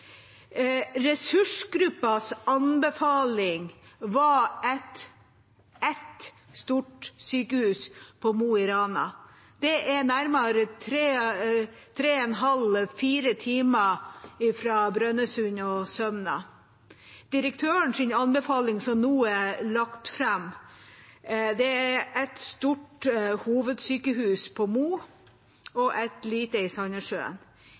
Ressursgruppas anbefaling var ett stort sykehus på Mo i Rana. Det er nærmere 3,5–4 timer fra Brønnøysund og Sømna. Direktørens anbefaling, som nå er lagt fram, er et stort hovedsykehus på Mo og et lite i